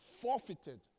forfeited